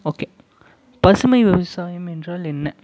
okay பசுமை விவசாயம் என்றால் என்ன